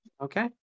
Okay